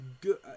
good